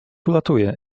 ulatuje